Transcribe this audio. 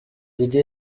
diddy